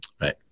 right